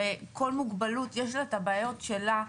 וכל מוגבלות יש לה את הבעיות שלה.